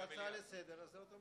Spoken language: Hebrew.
זה אוטומטית.